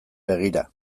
begira